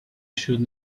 should